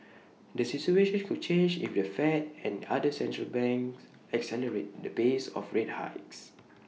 the situation could change if the fed and other central banks accelerate the pace of rate hikes